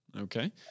Okay